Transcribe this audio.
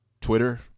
Twitter